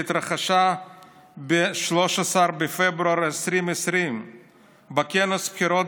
שהתרחשה ב-13 בפברואר 2020. בכנס בחירות